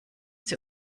sie